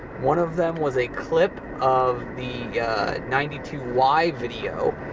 one of them was a clip of the ninety two y video.